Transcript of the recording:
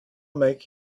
make